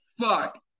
fuck